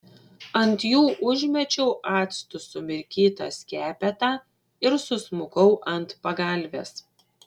ant jų užmečiau actu sumirkytą skepetą ir susmukau ant pagalvės